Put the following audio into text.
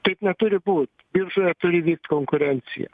taip neturi būt biržoje turi vykt konkurencija